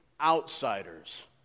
outsiders